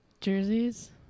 jerseys